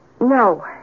No